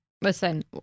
listen